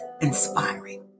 inspiring